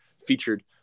featured